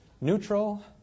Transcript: neutral